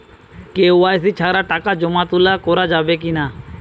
KYC ছাড়া টাকা জমা তোলা করা যাবে কি না?